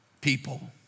people